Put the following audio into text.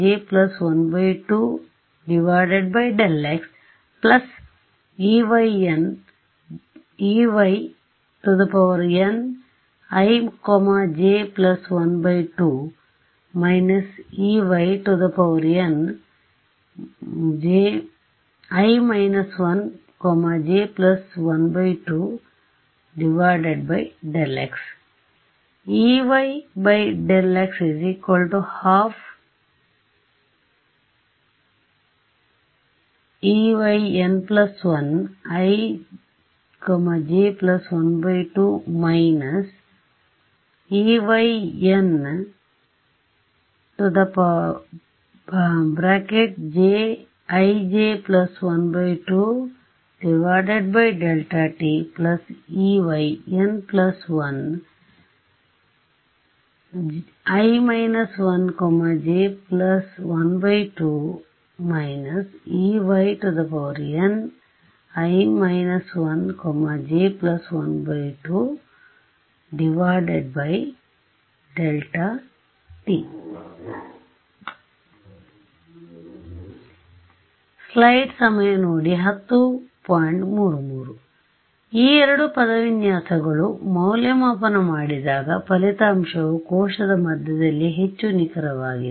ಆದ್ದರಿಂದ ಈ ಎರಡೂ ಪದವಿನ್ಯಾಸಗಳು ಮೌಲ್ಯಮಾಪನ ಮಾಡಿದಾಗ ಫಲಿತಾಂಶವು ಕೋಶದ ಮಧ್ಯದಲ್ಲಿಯೇ ಹೆಚ್ಚು ನಿಖರವಾಗಿದೆ